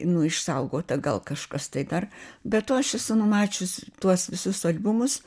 nu išsaugota gal kažkas tai dar be to aš esu numačius tuos visus albumus